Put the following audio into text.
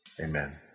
Amen